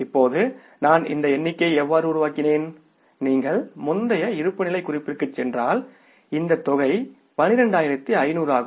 இப்போது நான் இந்த எண்ணிக்கையை எவ்வாறு உருவாக்கினேன் நீங்கள் முந்தைய இருப்புநிலைக்கு குறிப்பிற்கு சென்றால் இந்த தொகை 12500 ஆகும்